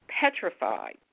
petrified